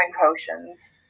potions